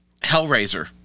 Hellraiser